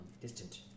distant